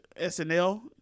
SNL